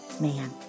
Man